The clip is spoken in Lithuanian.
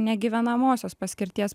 negyvenamosios paskirties